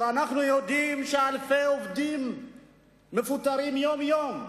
אנחנו יודעים שאלפי עובדים מפוטרים יום-יום,